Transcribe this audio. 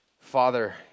Father